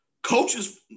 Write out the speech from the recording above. Coaches